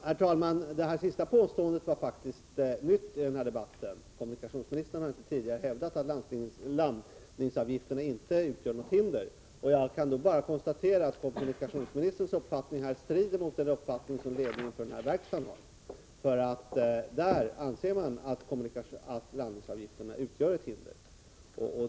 Herr talman! Det senaste påståendet var faktiskt nytt i den här debatten. Kommunikationsministern har inte tidigare hävdat att landningsavgifterna inte utgör något hinder. Jag kan bara konstatera att kommunikationsministerns uppfattning på den punkten strider mot den uppfattning som ledningen för verkstaden har. Där anser man nämligen att landningsavgifterna utgör ett hinder.